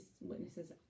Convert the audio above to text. witnesses